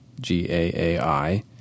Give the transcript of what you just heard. G-A-A-I